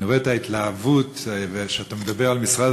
אני רואה את ההתלהבות כשאתה מדבר על משרד